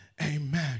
Amen